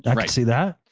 i see that.